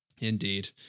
indeed